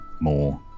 more